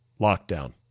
lockdown